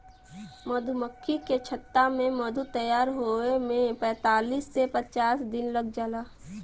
मधुमक्खी के छत्ता में मधु तैयार होये में पैंतालीस से पचास दिन लाग जाला